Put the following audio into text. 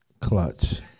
clutch